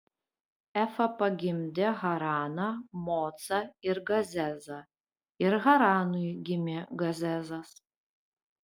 efa pagimdė haraną mocą ir gazezą ir haranui gimė gazezas